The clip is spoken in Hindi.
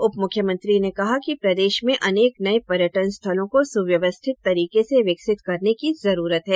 उप मुख्यमंत्री ने कहा कि प्रदेश में अनेक नये पर्यटन स्थलों को सुव्यवस्थित तरीके से विकसित करने की जरूरत है